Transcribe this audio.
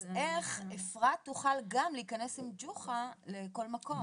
אז איך אפרת תוכל גם להיכנס עם ג'וחא לכל מקום?